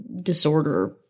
disorder